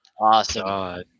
Awesome